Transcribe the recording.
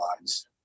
lives